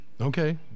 okay